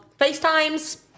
FaceTimes